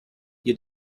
you